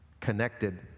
connected